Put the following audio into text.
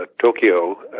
Tokyo